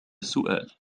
السؤال